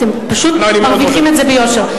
אתם פשוט מרוויחים את זה ביושר.